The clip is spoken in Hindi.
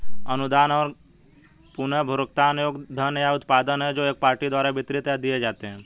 अनुदान गैर पुनर्भुगतान योग्य धन या उत्पाद हैं जो एक पार्टी द्वारा वितरित या दिए जाते हैं